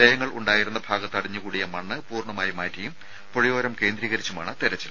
ലയങ്ങൾ ഉണ്ടായിരുന്ന ഭാഗത്ത് അടിഞ്ഞുകൂടിയ മണ്ണ് പൂർണ്ണമായി മാറ്റിയും പുഴയോരം കേന്ദ്രീകരിച്ചുമാണ് തെരച്ചിൽ